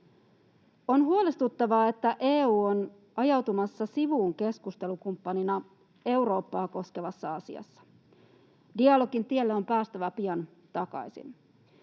On huolestuttavaa, että EU on ajautumassa sivuun keskustelukumppanina Eurooppaa koskevassa asiassa. Dialogin tielle on päästävä pian takaisin.